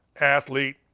athlete